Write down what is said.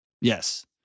Yes